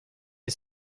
est